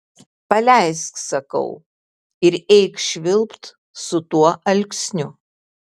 paleisk sakau ir eik švilpt su tuo alksniu